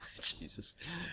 Jesus